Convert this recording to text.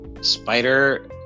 Spider